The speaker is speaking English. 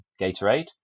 gatorade